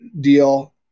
deal –